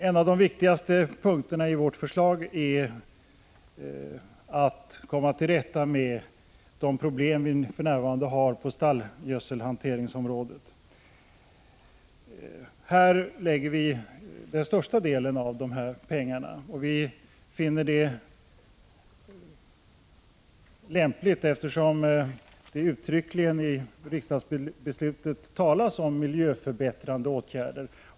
En av de viktigaste punkterna i vårt förslag är att komma till rätta med de problem man för närvarande har på stallgödselhanteringens område. Här lägger vi största delen av pengarna. Vi finner det lämpligt eftersom det i riksdagsbeslutet uttryckligen talas om miljöförbättrande åtgärder.